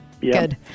Good